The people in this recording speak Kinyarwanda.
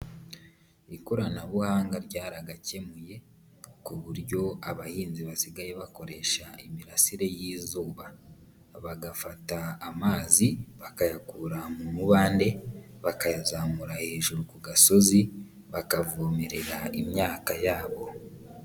Ikoranabuhanga ryaragakemuye ku buryo abahinzi basigaye bakoresha imirasire y'izuba, bagafata amazi, bakayakura mu mubande, bakayazamura hejuru ku gasozi, bakavomerera imyaka yabo.